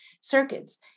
circuits